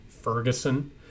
Ferguson